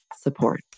support